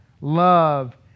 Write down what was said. love